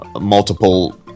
multiple